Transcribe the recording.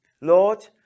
Lord